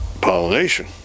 pollination